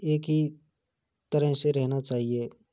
एक ही तरह से रहना चाहिए